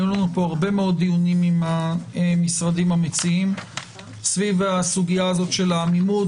היו לנו פה הרבה דיונים עם המשרדים המציעים סביב הסוגיה של העמימות.